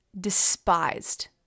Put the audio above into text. despised